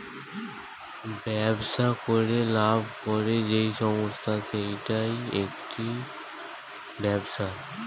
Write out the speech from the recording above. ব্যবসা করে লাভ করে যেই সংস্থা সেইটা একটি ব্যবসা